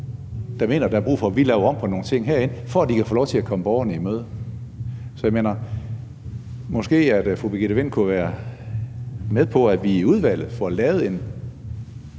der mener, at der er brug for, at vi laver om på nogle ting herinde, for at de kan få lov til at komme borgerne i møde. Så kunne fru Birgitte Vind måske være med på, at vi i udvalget får lavet en